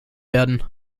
werden